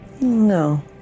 No